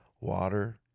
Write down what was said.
water